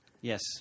Yes